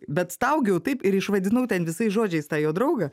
bet staugiau taip ir išvadinau ten visais žodžiais tą jo draugą